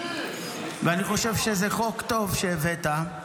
אני חושב שזה חוק טוב שהבאת,